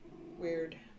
weird